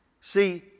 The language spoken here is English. See